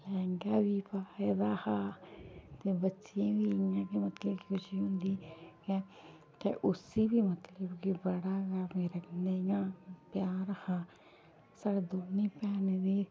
लैंह्गा बी पाए दा हा ते बच्चें बी मतलब कि इ'यां खुशी होंदी ऐ ते उसी बी मतलब कि बड़ा गै मेरे कन्नै इ'यां प्यार हा साढ़े दोनें भैनें दी